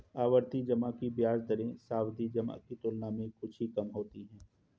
आवर्ती जमा की ब्याज दरें सावधि जमा की तुलना में कुछ ही कम होती हैं